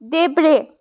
देब्रे